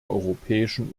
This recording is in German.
europäischen